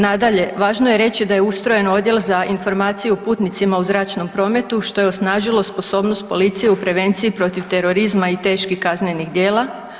Nadalje, važno je reći da je ustrojen Odjel za informaciju o putnicima u zračnom prometu, što je osnažilo sposobnost policije u prevenciji protiv terorizma i teških kaznenih djela.